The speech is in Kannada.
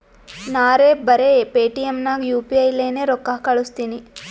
ನಾರೇ ಬರೆ ಪೇಟಿಎಂ ನಾಗ್ ಯು ಪಿ ಐ ಲೇನೆ ರೊಕ್ಕಾ ಕಳುಸ್ತನಿ